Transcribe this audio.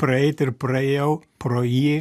praeit ir praėjau pro jį